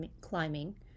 climbing